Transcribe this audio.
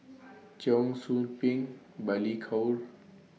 Cheong Soo Pieng Balli Kaur